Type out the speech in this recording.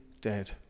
dead